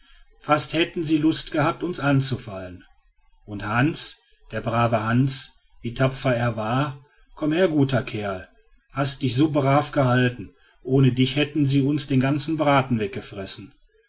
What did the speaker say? fast hätten sie lust gehabt uns anzufallen und hans der brave hans wie tapfer er war komm her guter kerl hast dich so brav gehalten ohne dich hätten sie uns den ganzen braten weggefressen